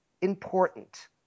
important